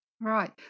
Right